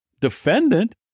defendant